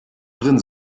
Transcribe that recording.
drin